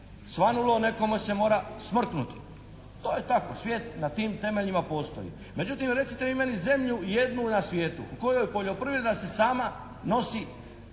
svanulo, nekome se mora smkrnuti. To je tako, svijet na tim temeljima postoji. Međutim, recite vi meni zemlju jednu na svijetu u kojoj poljoprivreda se sama nosi